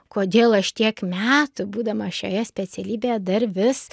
kodėl aš tiek metų būdama šioje specialybėje dar vis